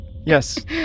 Yes